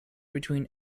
between